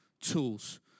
tools